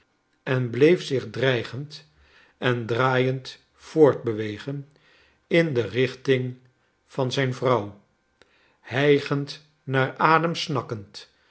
en bleef zich dreigend en draaiend voortbewegen in de richting van zijn vrouw hijgend naar adem snakkend